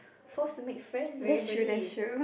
forced to make friends with everybody